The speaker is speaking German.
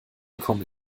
kommen